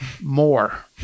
more